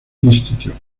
institute